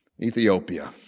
Ethiopia